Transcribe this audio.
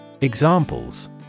Examples